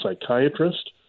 psychiatrist